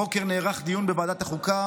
הבוקר נערך דיון בוועדת החוקה